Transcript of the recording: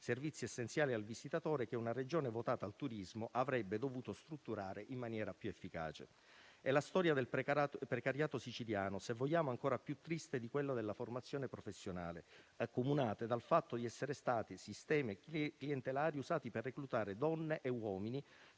(servizi essenziali per il visitatore che una Regione votata al turismo avrebbe dovuto strutturare in maniera più efficace). È la storia del precariato siciliano, se vogliamo ancora più triste di quella della formazione professionale. Tali realtà sono accomunate dal fatto di essere state sistemi clientelari usati per reclutare donne e uomini